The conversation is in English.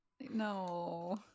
No